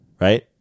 right